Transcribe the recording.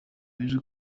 bizwi